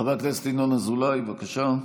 חבר הכנסת ינון אזולאי, בבקשה.